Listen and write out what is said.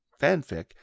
fanfic